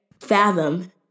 fathom